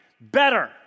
Better